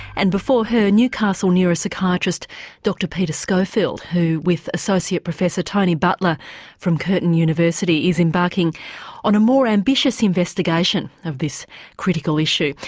and before her newcastle neuropsychiatrist dr peter schofield who, with associate professor tony butler from curtin university, is embarking on a more ambitious investigation of this critical issue.